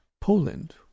Poland